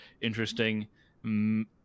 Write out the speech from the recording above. interesting